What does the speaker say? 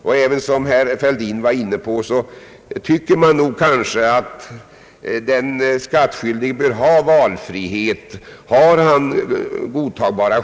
Som även herr Fälldin var inne på bör den skattskyldige ha valfrihet i fråga om bosättningsort.